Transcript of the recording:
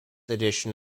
edition